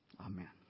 Amen